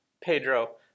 Pedro